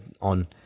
on